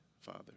Father